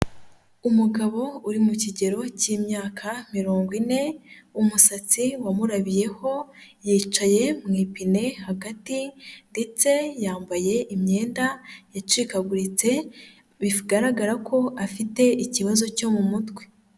Umugabo uri mu kigero cy'imyaka mirongo ine, umusatsi wamurabiyeho yicaye mu ipine hagati ndetse yambaye imyenda yacikaguritse, bigaragara ko afite ikibazo cyo mu mutwe.